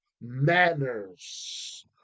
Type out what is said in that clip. manners